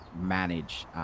manage